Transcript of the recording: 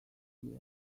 year